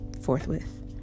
forthwith